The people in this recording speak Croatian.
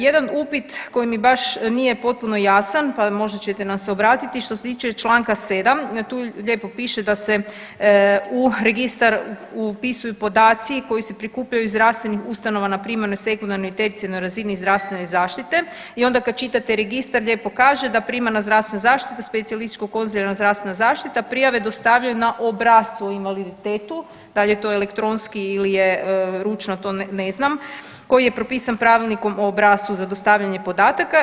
Jedan upit koji mi baš nije potpuno jasan pa možda ćete nam se obratiti što se tiče čl. 7., tu lijepo piše da se u registar upisuju podaci koji se prikupljaju iz zdravstvenih ustanova na primarnoj, sekundarnoj i tercijarnoj razini zdravstvene zaštite i onda kad čitate registar lijepo kaže da prima na zdravstvenu zaštitu specijalističko konzilijarna zdravstvena zaštita prijave dostavljaju na obrascu o invaliditetu, da li je to elektronski ili je ručno to ne znam, koji je propisan pravilnikom o obrascu za dostavljanje podataka.